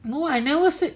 no I never said